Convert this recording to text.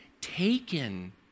taken